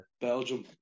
Belgium